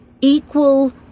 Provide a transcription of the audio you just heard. equal